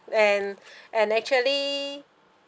and and actually